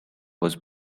was